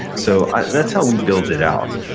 so that's how we build it out.